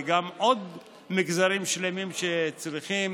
וגם עוד מגזרים שלמים צריכים.